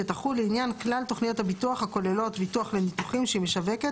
שתחול לעניין כלל תוכניות הביטוח הכוללות ביטוח לניתוחים שהיא משווקת